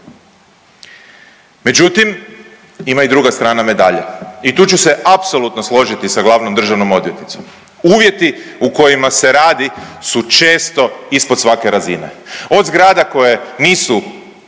Međutim, ima i druga strana medalje i tu ću se apsolutno složiti sa glavnom državnom odvjetnicom, uvjeti u kojima se radi su često ispod svake razine, od zgrada koje nisu